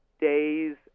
days